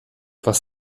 was